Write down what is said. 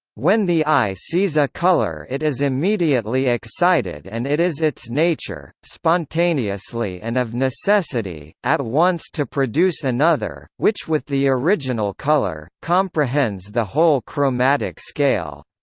when the eye sees a colour it is immediately excited and it is its nature, spontaneously and of necessity, at once to produce another, which with the original colour, comprehends the whole chromatic scale.